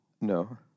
No